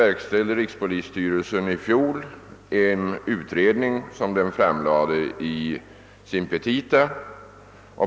Rikspolisstyrelsen verkställde i fjol en utredning, som den framlade i sina petita.